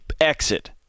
exit